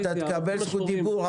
אתה תקבל זכות דיבור,